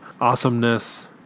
awesomeness